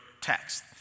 text